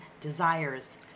desires